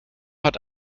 hat